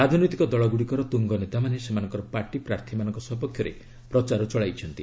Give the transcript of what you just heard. ରାଜନୈତିକ ଦଳଗ୍ରଡ଼ିକର ତ୍ରଙ୍ଗ ନେତାମାନେ ସେମାନଙ୍କର ପାର୍ଟି ପ୍ରାର୍ଥୀମାନଙ୍କ ସପକ୍ଷରେ ପ୍ରଚାର ଚଳାଇଛନ୍ତି